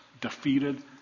defeated